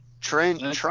train